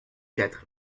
quatre